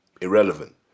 irrelevant